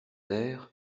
der